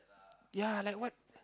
ya like what